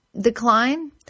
decline